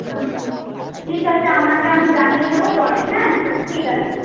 হুম ঠিক আছে আপনাকে আমি জানিয়ে দেবো পরে হ্যাঁ ঠিক আছে